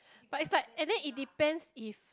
but if like and then it depends if